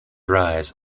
rise